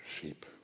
sheep